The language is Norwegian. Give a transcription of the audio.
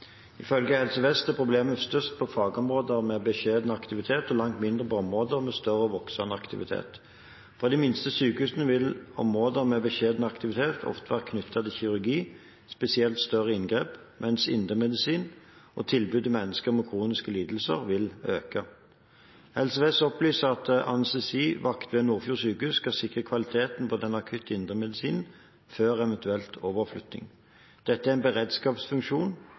Ifølge Helse Vest er problemet størst på fagområder med beskjeden aktivitet og langt mindre på områder med større og voksende aktivitet. For de minste sykehusene vil områder med beskjeden aktivitet ofte være knyttet til kirurgi, spesielt til større inngrep, mens indremedisin og tilbudet til mennesker med kroniske lidelser vil øke. Helse Vest opplyser at anestestivakt ved Nordfjord sjukehus skal sikre kvaliteten på den akutte indremedisinen før en eventuell overflytting. Dette er en beredskapsfunksjon